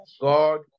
God